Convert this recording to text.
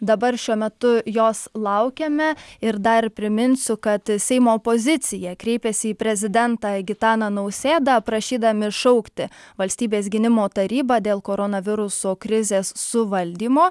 dabar šiuo metu jos laukiame ir dar priminsiu kad seimo opozicija kreipėsi į prezidentą gitaną nausėdą prašydami šaukti valstybės gynimo tarybą dėl koronaviruso krizės suvaldymo